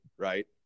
Right